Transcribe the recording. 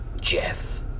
Jeff